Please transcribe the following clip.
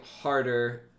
harder